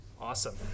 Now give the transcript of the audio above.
awesome